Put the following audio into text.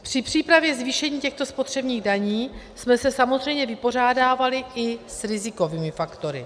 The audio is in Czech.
Při přípravě zvýšení těchto spotřebních daní jsme se samozřejmě vypořádávali i s rizikovými faktory.